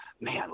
man